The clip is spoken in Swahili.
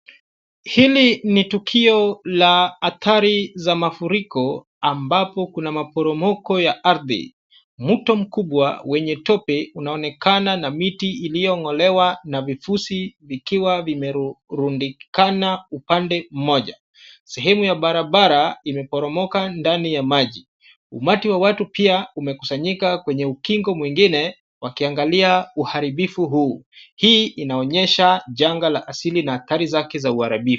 Hili ni tukio la hatari za mafuriko ambapo kuna maboromoko ya ardhi. Mto mkubwa wenye tope unaonekana na miti uliong'olewa na vufuzi vikiwa vimerundikana upande moja. Sehemu ya barabara imeporomoka ndani ya maji. Umati wa watu pia umekusanyika kwenye ukingo mwingine wakiangalia uharibifu huu ii inaonyesha janga la asili na hatari zake za uharibifu.